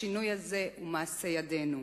השינוי הזה הוא מעשה ידינו.